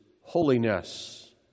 holiness